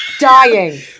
Dying